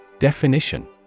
Definition